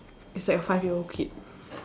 it's like a five year old kid